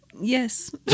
Yes